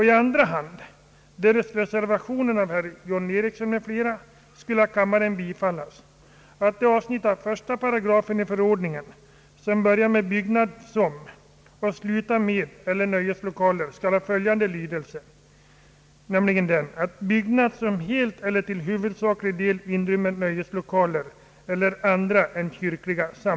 I andra hand kommer jag att yrka, därest reservationen av herr John Ericsson m.fl. skulle av kammaren bifallas, att det av